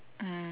mm